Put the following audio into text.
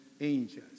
angels